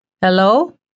Hello